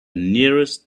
nearest